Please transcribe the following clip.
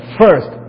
first